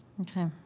Okay